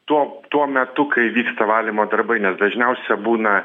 tuo tuo metu kai vyksta valymo darbai nes dažniausia būna